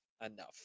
Enough